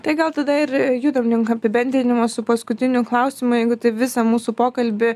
tai gal tada ir judam link apibendrinimo su paskutiniu klausimu jeigu tai visą mūsų pokalbį